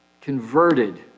converted